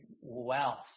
wealth